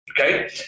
Okay